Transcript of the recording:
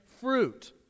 fruit